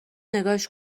نگاش